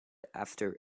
after